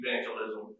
evangelism